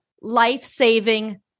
life-saving